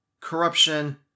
corruption